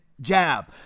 jab